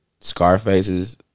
Scarface's